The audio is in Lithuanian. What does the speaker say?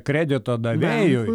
kredito davėjui